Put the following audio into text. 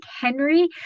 Henry